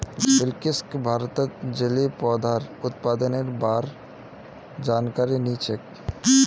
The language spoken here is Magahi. बिलकिसक भारतत जलिय पौधार उत्पादनेर बा र जानकारी नी छेक